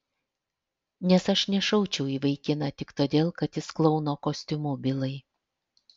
nes aš nešaučiau į vaikiną tik todėl kad jis klouno kostiumu bilai